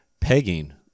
pegging